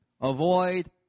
Avoid